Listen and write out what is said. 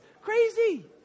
Crazy